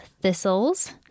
thistles